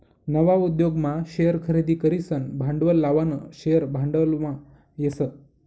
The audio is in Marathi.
नवा उद्योगमा शेअर खरेदी करीसन भांडवल लावानं शेअर भांडवलमा येस